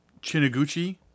Chinaguchi